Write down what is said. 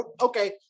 Okay